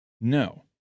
No